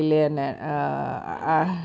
okay ஆனா:aanaa